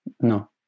No